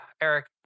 Eric